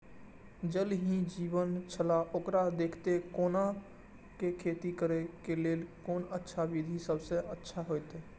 ज़ल ही जीवन छलाह ओकरा देखैत कोना के खेती करे के लेल कोन अच्छा विधि सबसँ अच्छा होयत?